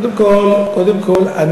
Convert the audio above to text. קודם כול,